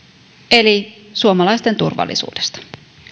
eli suomalaisten turvallisuudesta ja